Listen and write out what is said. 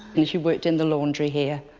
and she worked in the laundry here.